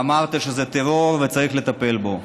ואמרת שזה טרור וצריך לטפל בו.